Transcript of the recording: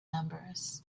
numbers